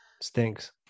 stinks